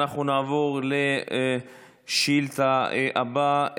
אנחנו נעבור לשאילתה הבאה,